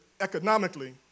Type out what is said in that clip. economically